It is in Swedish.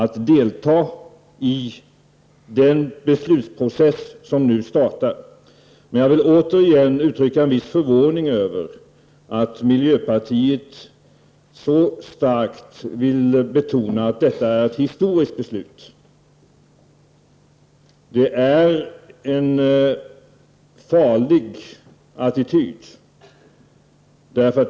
Vi deltar i den beslutsprocess som nu startar. Men jag vill återigen uttrycka en viss förvåning över att miljöpartiet så starkt vill betona att detta är ett historiskt beslut. Det är en farlig attityd.